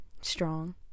strong